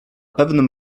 pewnym